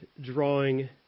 drawing